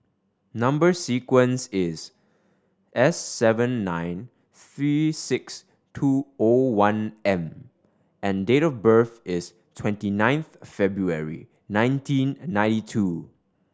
number sequence is S seven nine three six two O one M and date of birth is twenty ninth February nineteen ninety two